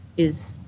is